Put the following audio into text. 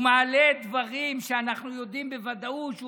הוא מעלה דברים שאנחנו יודעים בוודאות שהוא